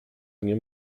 dnie